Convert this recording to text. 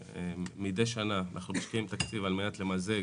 מדי שנה אנחנו משקיעים תקציב על מנת למזג